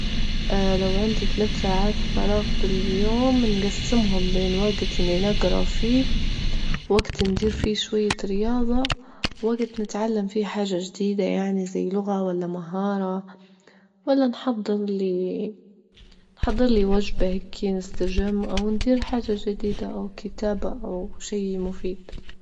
لو عندي تلات ساعات فراغ في اليوم بنجسمهم بين وجت إن نجرا فيه، وجت ندير فيه شوية رياضة، ووجت نتعلم فيه حاجة جديدة يعني زي لغة ولا مهارة ولا نحضر لي نحضر لي وجبة هيكي نستجم أو ندير حاجة جديدة أو كتابة أو شي مفيد.